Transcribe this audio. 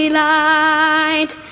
light